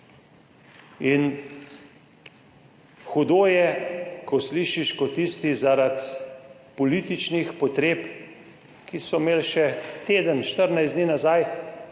in hudo je, ko slišiš ko tisti zaradi političnih potreb, ki so imeli še teden, 14 dni nazaj